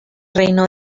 reino